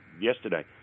yesterday